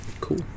Cool